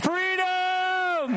Freedom